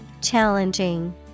Challenging